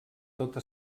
tota